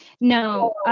No